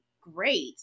great